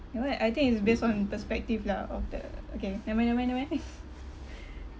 you know like I think it's based on perspective lah of the okay never mind never mind never mind